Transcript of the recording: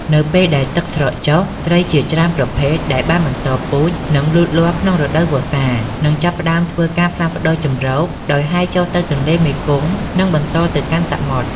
នៅពេលដែលទឹកស្រកចុះ ត្រីជាច្រើនប្រភេទដែលបានបន្តពូជ និងលូតលាស់ក្នុងរដូវវស្សា នឹងចាប់ផ្តើមធ្វើការផ្លាស់ប្តូរជម្រកដោយហែលចុះទៅទន្លេមេគង្គ និងបន្តទៅកាន់សមុទ្រ។